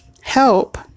help